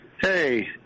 Hey